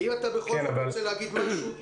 האם אתה בכל זאת רוצה להגיד משהו?